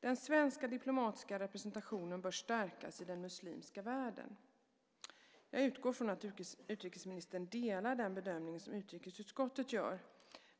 den svenska diplomatiska representationen bör stärkas i den muslimska världen". Jag utgår från att utrikesministern delar den bedömning som utrikesutskottet gör.